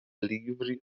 livre